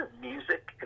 music